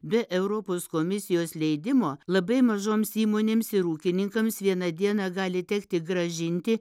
be europos komisijos leidimo labai mažoms įmonėms ir ūkininkams vieną dieną gali tekti grąžinti